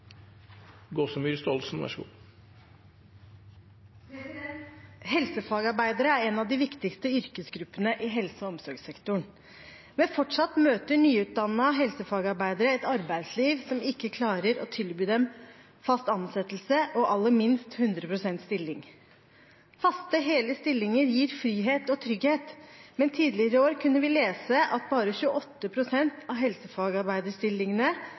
er en av de viktigste yrkesgruppene i helse- og omsorgssektoren. Men fortsatt møter nyutdanna helsefagarbeidere et arbeidsliv som ikke klarer å tilby dem fast ansettelse og aller minst 100 prosent stilling. Faste hele stillinger gir frihet og trygghet, men tidligere i år kunne man lese at bare 28 prosent av helsefagarbeiderstillingene